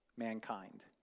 mankind